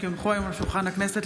כי הונחו היום על שולחן הכנסת,